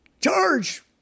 Charge